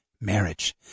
Marriage